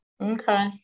okay